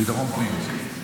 ביטחון הפנים.